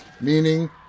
meaning